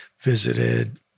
visited